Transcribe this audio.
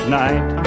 night